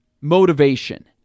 motivation